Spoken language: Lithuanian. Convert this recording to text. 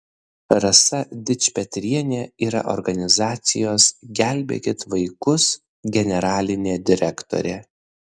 rasa dičpetrienė yra organizacijos gelbėkit vaikus generalinė direktorė